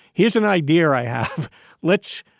here's an idea i have litch,